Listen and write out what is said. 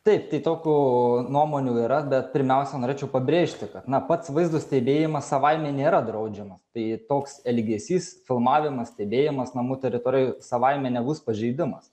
taip tai tokų nuomonių yra bet pirmiausia norėčiau pabrėžti kad na pats vaizdo stebėjimas savaime nėra draudžiamas tai toks elgesys filmavimas stebėjimas namų teritorijoj savaime nebus pažeidimas